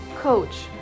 coach